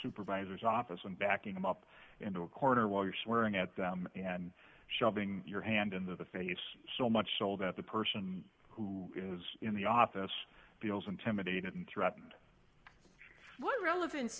supervisor's office and backing him up into a corner while you're swearing at them and shoving your hand in the face so much so that the person who is in the office feels intimidated and threatened